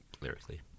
lyrically